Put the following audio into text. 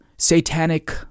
satanic